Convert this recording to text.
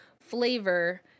flavor